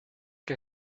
que